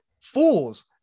fools